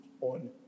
on